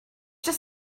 just